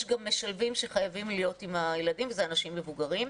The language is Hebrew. יש גם משלבים שחייבים להיות עם הילדים ואלה אנשים מבוגרים.